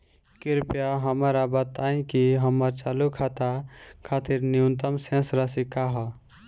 कृपया हमरा बताइं कि हमर चालू खाता खातिर न्यूनतम शेष राशि का ह